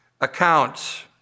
accounts